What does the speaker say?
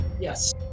Yes